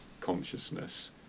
consciousness